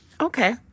Okay